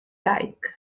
dyke